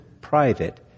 private